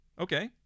Okay